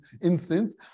instance